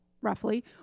roughly